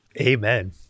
Amen